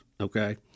okay